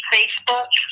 Facebook